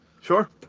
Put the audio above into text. sure